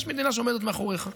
יש מדינה שעומדת מאחוריך.